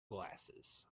glasses